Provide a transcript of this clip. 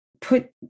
put